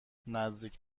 نزدیک